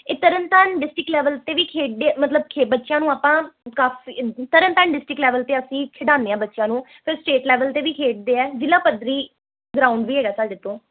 Tarn Taran district level 'ਤੇ ਵੀ ਖੇਡੇ ਮਤਲਬ ਕਿ ਬੱਚਿਆਂ ਨੂੰ ਆਪਾਂ ਕਾਫੀ ਤਰਨ ਤਾਰਨ ਡਿਸਟਿਕ ਲੈਵਲ 'ਤੇ ਅਸੀਂ ਖਿਡਾਉਂਦੇ ਹਾਂ ਬੱਚਿਆਂ ਨੂੰ ਫਿਰ ਸਟੇਟ ਲੈਵਲ 'ਤੇ ਵੀ ਖੇਡਦੇ ਹੈ ਜ਼ਿਲ੍ਹਾ ਪੱਧਰੀ ਗਰਾਊਂਡ ਵੀ ਹੈਗਾ ਸਾਡੇ ਕੋਲ